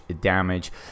damage